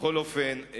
בכל אופן,